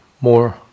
more